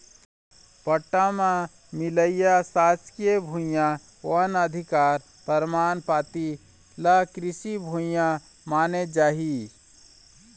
पट्टा म मिलइया सासकीय भुइयां, वन अधिकार परमान पाती ल कृषि भूइया माने जाही